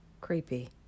Creepy